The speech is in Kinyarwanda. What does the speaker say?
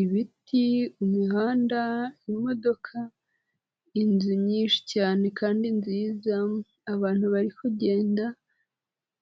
Ibiti, umuhanda, imodoka, inzu nyinshi cyane kandi nziza, abantu bari kugenda,